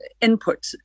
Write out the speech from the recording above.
input